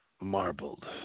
Marbled